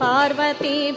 Parvati